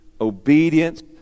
obedience